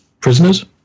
prisoners